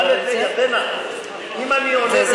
תשאל את ירדנה: אם אני עולה ומשיב,